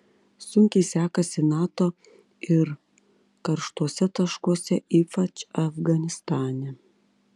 sunkiai sekasi nato ir karštuose taškuose ypač afganistane